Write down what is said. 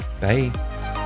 Bye